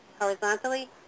horizontally